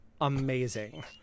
amazing